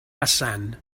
hassan